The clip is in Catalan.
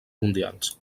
mundials